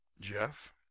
Jeff